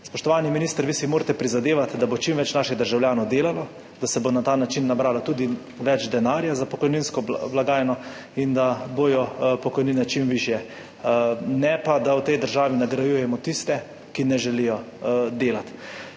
Spoštovani minister, vi si morate prizadevati, da bo čim več naših državljanov delalo, da se bo na ta način nabralo tudi več denarja za pokojninsko blagajno in da bodo pokojnine čim višje, ne pa da v tej državi nagrajujemo tiste, ki ne želijo delati.